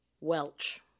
Welch